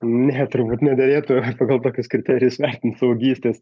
ne turbūt nederėtų pagal tokius kriterijus vertint suaugystės